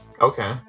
Okay